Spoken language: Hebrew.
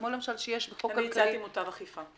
כמו למשל בחוק --- אני הצעתי מותב אכיפה.